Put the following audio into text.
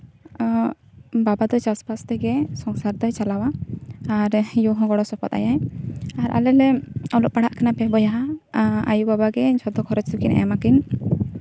ᱵᱟᱵᱟ ᱫᱚ ᱪᱟᱥᱼᱵᱟᱥ ᱛᱮᱜᱮ ᱥᱚᱝᱥᱟᱨ ᱫᱚᱭ ᱪᱟᱞᱟᱣᱟ ᱟᱨ ᱭᱩ ᱦᱚᱸ ᱜᱚᱲᱚᱥᱚᱯᱚᱫ ᱟᱭᱟᱭ ᱟᱨ ᱟᱞᱮ ᱞᱮ ᱚᱞᱚᱜ ᱯᱟᱲᱦᱟᱜ ᱠᱟᱱᱟ ᱯᱮ ᱵᱚᱭᱦᱟ ᱟᱭᱳᱼᱵᱟᱵᱟ ᱜᱮ ᱡᱷᱚᱛᱚ ᱠᱷᱚᱨᱚᱪ ᱫᱚᱠᱤᱱ ᱮᱢ ᱟᱹᱠᱤᱱ